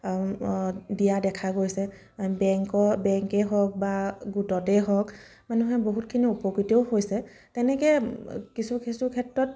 দিয়া দেখা গৈছে বেংক বেংকেই হওক বা গোটতেই হওক মানুহে বহুতখিনি উপকৃতও হৈছে তেনেকে কিছু কিছু ক্ষেত্ৰত